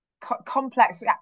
complex